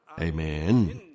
Amen